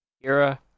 era